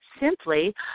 simply